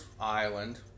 island